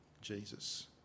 Jesus